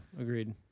agreed